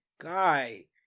guy